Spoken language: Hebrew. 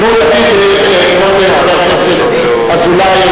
כבוד חבר הכנסת אזולאי,